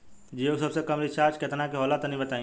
जीओ के सबसे कम रिचार्ज केतना के होला तनि बताई?